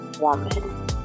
woman